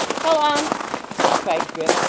tle on cried grip,